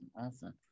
Awesome